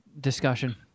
discussion